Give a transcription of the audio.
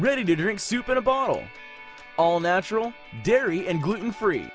ready to drink super bowl all natural dairy and gluten free